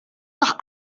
doch